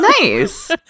Nice